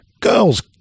Girls